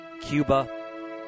Cuba